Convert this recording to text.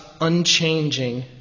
unchanging